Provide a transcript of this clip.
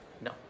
No